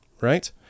right